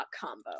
combo